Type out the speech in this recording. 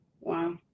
wow